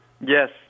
Yes